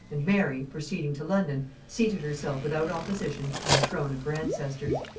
and mary, proceeding to london, seated herself without opposition on the throne of her ancestors.